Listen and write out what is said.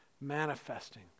manifesting